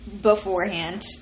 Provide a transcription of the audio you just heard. beforehand